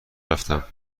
رفتم